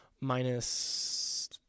minus